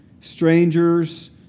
strangers